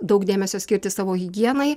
daug dėmesio skirti savo higienai